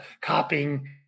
copying